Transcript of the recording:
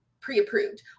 pre-approved